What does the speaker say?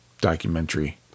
documentary